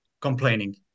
complaining